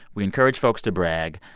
we encourage folks to brag.